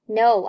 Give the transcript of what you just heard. no